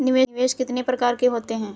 निवेश कितने प्रकार के होते हैं?